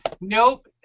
Nope